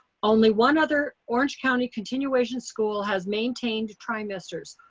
only one other orange county continuation school has maintained trimesters.